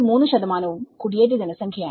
3 ഉം കുടിയേറ്റ ജനസംഖ്യയാണ്